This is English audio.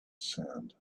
sand